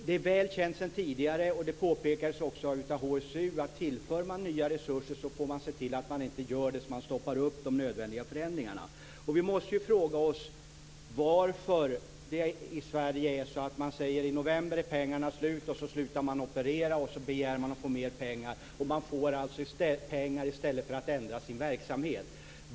Det är väl känt sedan tidigare, och det påpekades också av HSU att om man tillför nya resurser måste man se till att man inte gör det så att man stoppar upp de nödvändiga förändringarna. Vi måste fråga oss varför det är så i Sverige att när pengarna är slut i november slutar man operera och begär att få mer pengar. Man får alltså pengar i stället för att ändra sin verksamhet.